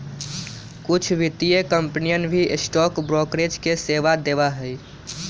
कुछ वित्तीय कंपनियन भी स्टॉक ब्रोकरेज के सेवा देवा हई